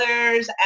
others